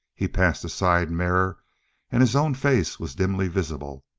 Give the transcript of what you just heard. he passed a side mirror and his own face was dimly visible.